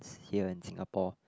here in Singapore